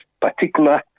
particular